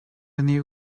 new